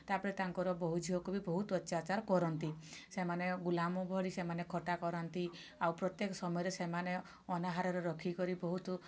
ତା'ପରେ ତାଙ୍କର ବୋହୁ ଝିଅଙ୍କୁ ବି ବହୁତ ଅତ୍ୟାଚାର କରନ୍ତି ସେମାନେ ଗୁଲାମ ଭଳି ସେମାନେ ଖଟା କରନ୍ତି ଆଉ ପ୍ରତ୍ୟେକ ସମୟରେ ସେମାନେ ଅନାହାରରେ ରଖିକରି ବହୁତ